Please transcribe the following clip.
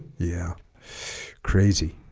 yeah crazy